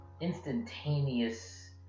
instantaneous